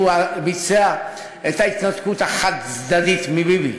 ביצע את ההתנתקות החד-צדדית מביבי,